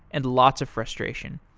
and lots of frustration.